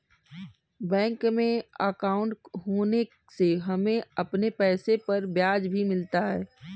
bank में अंकाउट होने से हमें अपने पैसे पर ब्याज भी मिलता है